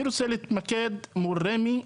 אני רוצה להתמקד מול רמ"י,